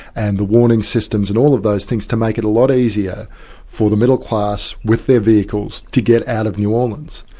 and the warning systems and all of those things, to make it a lot easier for the middle class, with their vehicles, to get out of new orleans.